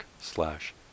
slash